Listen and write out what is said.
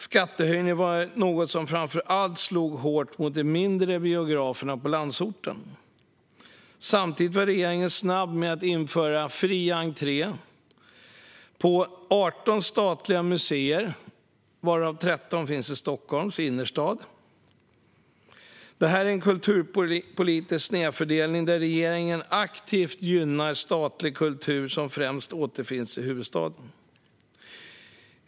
Skattehöjningen slog framför allt hårt mot de mindre biograferna på landsorten. Samtidigt var regeringen snabb med att införa fri entré på 18 statliga museer, varav 13 återfinns i Stockholms innerstad. Det här är en kulturpolitisk snedfördelning där regeringen aktivt gynnar statlig kultur som främst återfinns i huvudstaden.